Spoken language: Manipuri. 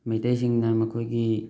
ꯃꯩꯇꯩꯁꯤꯡꯅ ꯃꯈꯣꯏꯒꯤ